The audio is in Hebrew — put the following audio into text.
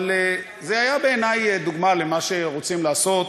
אבל זה היה בעיני דוגמה למה שרוצים לעשות